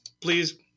please